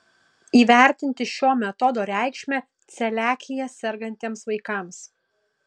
įvertinti šio metodo reikšmę celiakija sergantiems vaikams